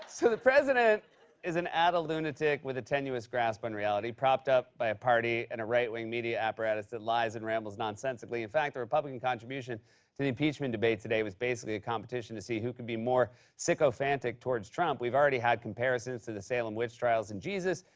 so the president is an adult lunatic with a tenuous grasp on reality propped up by a party and a right-wing media apparatus that lies and rambles nonsensically. in fact, the republican contribution to the impeachment debate today was basically a competition to see who can be more sycophantic towards trump. we've already had comparisons to the salem witch trials and jesus.